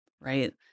right